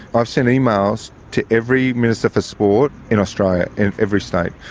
i've sent emails to every minister for sport in australia, in every state.